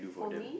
for me